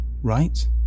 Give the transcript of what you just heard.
right